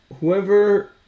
Whoever